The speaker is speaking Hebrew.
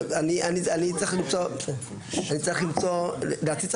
אני מבין את זה אבל כרגע אנחנו מתקדמים ולנסות לראות איך אנחנו